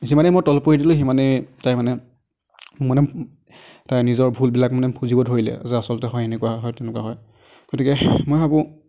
যিমানে মই তল পৰি দিলে সিমানেই তাই মানে মানে তাই নিজৰ ভুলবিলাক মানে বুজিব ধৰিলে যে আচলতে হয় এনেকুৱা হয় তেনেকুৱা হয় গতিকে মই ভাবোঁ